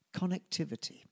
connectivity